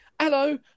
hello